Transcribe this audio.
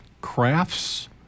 Crafts